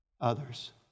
others